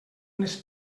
unes